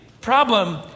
problem